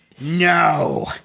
No